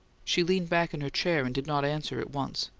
she leaned back in her chair and did not answer at once.